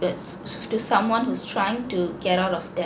it's to someone who's trying to get out of debt